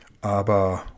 aber